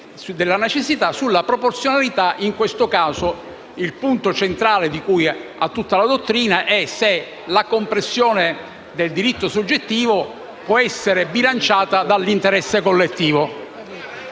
quanto riguarda la proporzionalità, in questo caso il punto centrale di tutta la dottrina è se la compressione del diritto soggettivo può essere bilanciata dall'interesse collettivo.